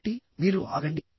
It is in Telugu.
కాబట్టి మీరు ఆగండి